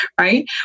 right